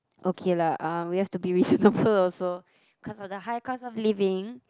okay lah uh we have to be reasonable also cause of the high cost of living